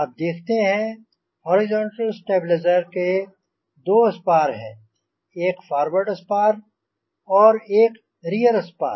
आप देखते हैं हॉरिज़ॉंटल स्टबिलिसेर के दो स्पार हैं एक फ़ॉर्वर्ड स्पार और एक रीयर स्पार